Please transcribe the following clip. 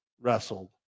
wrestled